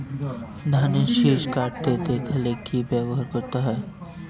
ধানের শিষ কাটতে দেখালে কি ব্যবহার করতে হয়?